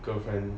girlfriend